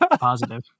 Positive